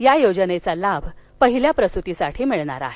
या योजनेचा लाभ पहिल्या प्रसुतीसाठी मिळेल